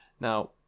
Now